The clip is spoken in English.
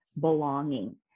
belonging